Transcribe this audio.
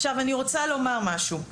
עכשיו אני רוצה לומר משהו,